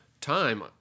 time